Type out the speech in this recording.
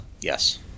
Yes